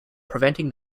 preventing